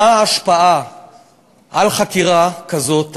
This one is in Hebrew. מה ההשפעה על חקירה כזאת,